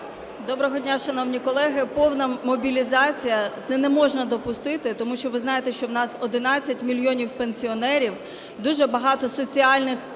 Доброго дня, шановні колеги. Повна мобілізація, це не можна допустити. Тому що ви знаєте, що в нас 11 мільйонів пенсіонерів, дуже багато соціальних